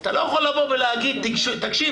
אתה לא יכול להגיד: תקשיב,